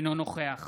אינו נוכח